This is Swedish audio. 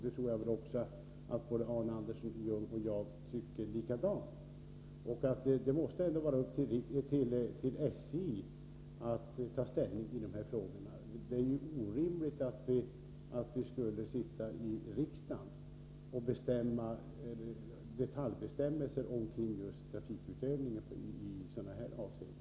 Där tror jag att Arne Andersson i Ljung och jag tycker likadant. Det måste vara upp till SJ att ta ställning i de här frågorna. Det är orimligt att vi här i riksdagen skall detaljbestämma när det gäller trafikutövningen i sådana här avseenden.